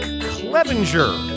Clevenger